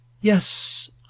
yes